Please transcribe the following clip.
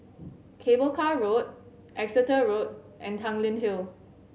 Cable Car Road Exeter Road and Tanglin Hill